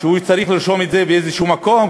שהוא צריך לרשום את זה באיזה מקום,